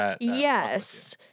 Yes